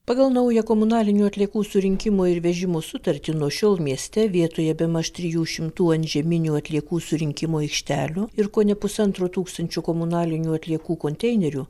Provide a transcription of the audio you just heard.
pagal naują komunalinių atliekų surinkimo ir vežimo sutartį nuo šiol mieste vietoje bemaž trijų šimtų antžeminių atliekų surinkimo aikštelių ir kone pusantro tūkstančio komunalinių atliekų konteinerių